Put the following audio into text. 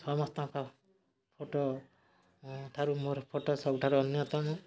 ସମସ୍ତଙ୍କ ଫୋଟଠାରୁ ମୋର ଫୋଟ ସବୁଠାରୁ ଅନ୍ୟତମ